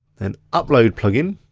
then upload plugin.